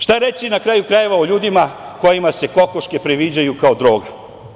Šta reći, na kraju krajeva, o ljudima kojima se kokoške priviđaju kao droga?